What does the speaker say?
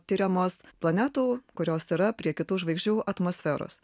tiriamos planetų kurios yra prie kitų žvaigždžių atmosferos